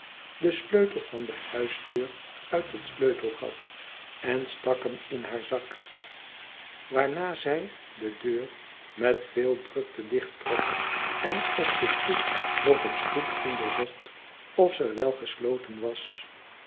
den sleutel van de huisdeur uit het sleutelgat en stak hem in haar zak waarna zij deur met veel drukte dichttrok en op de stoep nog eens goed onderzocht of zij wel gesloten was